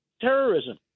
terrorism